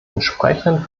entsprechenden